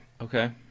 Okay